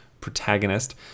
protagonist